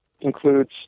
includes